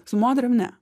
su moterim ne